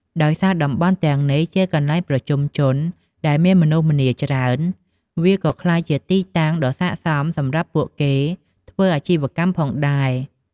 ដោយសារតំបន់ទាំងនោះជាកន្លែងប្រជុំជនដែលមានមនុស្សម្នាច្រើន វាក៏ក្លាយជាទីតាំងដ៏ស័ក្តិសមសម្រាប់ពួកគេធ្វើអាជីវកម្មផងដែរ។